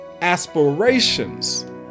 aspirations